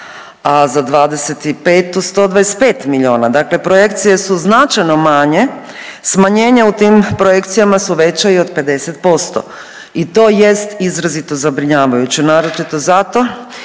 a za 25 125 milijuna. Dakle, projekcije su značajno manje. Smanjenja u tim projekcijama su veća i od 50%. I to jest izrazito zabrinjavajuće naročito zato